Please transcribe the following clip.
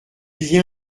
vient